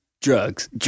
Drugs